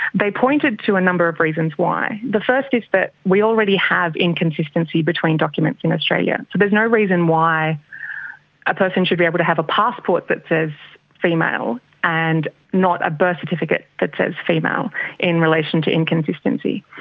they pointed to a number of reasons why. the first is that we already have inconsistency between documents in australia. so there's no reason why a person should be able to have a passport that says female and not a birth certificate that says female in relation to inconsistency.